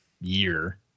year